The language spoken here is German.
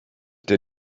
der